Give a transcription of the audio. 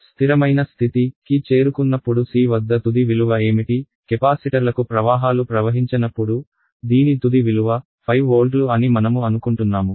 స్థిరమైన స్థితి కి చేరుకున్నప్పుడు C వద్ద తుది విలువ ఏమిటి కెపాసిటర్లకు ప్రవాహాలు ప్రవహించనప్పుడు దీని తుది విలువ 5 వోల్ట్లు అని మనము అనుకుంటున్నాము